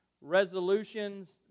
resolutions